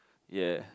ya